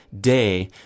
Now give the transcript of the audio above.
day